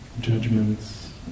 judgments